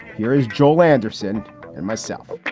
here is joel anderson and myself